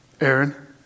Aaron